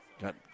Got